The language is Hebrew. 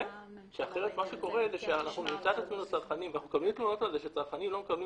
אנחנו מקבלים תלונות מצרכנים על כך שהם לא מקבלים